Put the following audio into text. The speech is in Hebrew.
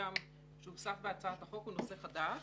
מסוים שהוסף בהצעת חוק הוא נושא חדש,